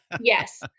yes